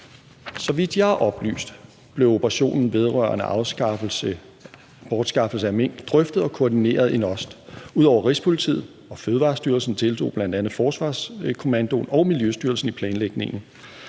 Så vidt jeg er oplyst, blev operationen vedrørende bortskaffelse af mink drøftet og koordineret i NOST. Ud over Rigspolitiet og Fødevarestyrelsen deltog bl.a. Forsvarskommandoen og Miljøstyrelsen i planlægningen.